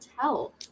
tell